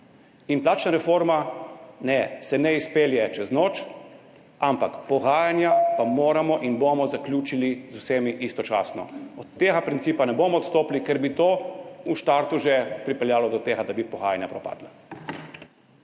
Plačna reforma se ne izpelje čez noč, ampak pogajanja pa moramo in bomo zaključili z vsemi istočasno. Od tega principa ne bomo odstopili, ker bi to v štartu že pripeljalo do tega, da bi pogajanja propadla.